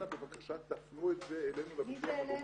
אנא בבקשה תפנו את זה אלינו --- מי זה אלינו?